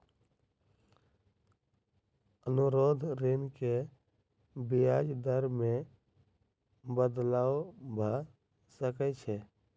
अनुरोध ऋण के ब्याज दर मे बदलाव भ सकै छै